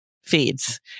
feeds